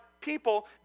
people